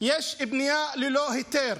יש בנייה ללא היתר?